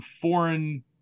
foreign